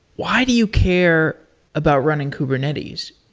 why do you care about running kubernetes?